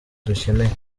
ducyeneye